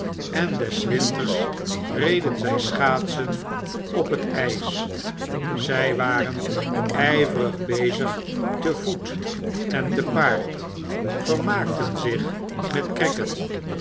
en des winters reden zij schaatsen op het ys zy waren yverig bezigte voet en te paard vermaakten zich met cricket